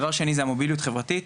דבר שני זה המוביליות החברתית,